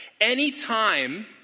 Anytime